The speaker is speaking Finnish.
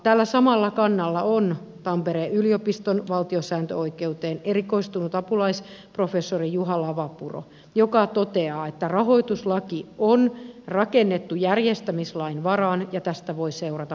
tällä samalla kannalla on tampereen yliopiston valtiosääntöoikeuteen erikoistunut apulaisprofessori juha lavapuro joka toteaa että rahoituslaki on rakennettu järjestämislain varaan ja tästä voi seurata pulmia